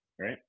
right